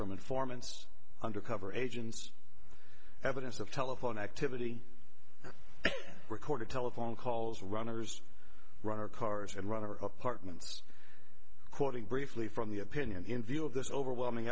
from informants undercover agents evidence of telephone activity recorded telephone calls runners runner cars and runner apartments quoting briefly from the opinion in view of this overwhelming